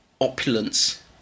opulence